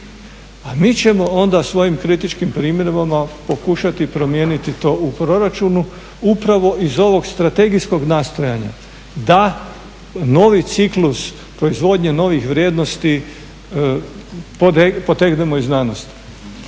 a mi ćemo onda svojim kritičkim primjedbama pokušati promijeniti to u proračunu upravo iz ovog strategijskog nastojanja da novi ciklus proizvodnje novih vrijednosti potegnemo iz znanosti.